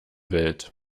welt